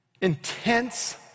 intense